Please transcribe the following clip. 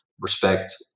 respect